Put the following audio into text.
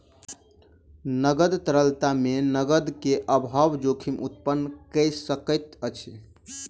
नकद तरलता मे नकद के अभाव जोखिम उत्पन्न कय सकैत अछि